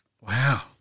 wow